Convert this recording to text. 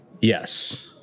yes